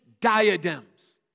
diadems